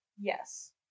Yes